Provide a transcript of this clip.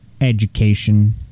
Education